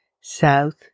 South